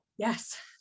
Yes